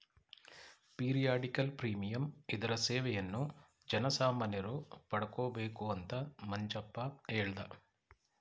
periodical premium ಇದರ ಸೇವೆಯನ್ನು ಜನಸಾಮಾನ್ಯರು ಪಡಕೊಬೇಕು ಅಂತ ಮಂಜಪ್ಪ ಹೇಳ್ದ